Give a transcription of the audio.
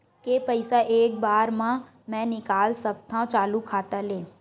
के पईसा एक बार मा मैं निकाल सकथव चालू खाता ले?